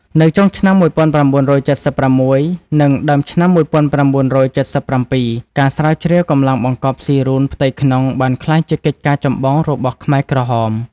នៅចុងឆ្នាំ១៩៧៦និងដើមឆ្នាំ១៩៧៧ ការស្រាវជ្រាវរកម្លាំងបង្កប់ស៊ីរូនផ្ទៃក្នុងបានក្លាយជាកិច្ចការចម្បងរបស់ ខ្មែរក្រហម ។